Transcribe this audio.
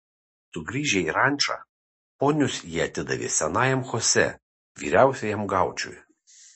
sugrįžę į rančą ponius jie atidavė senajam chosė vyriausiajam gaučui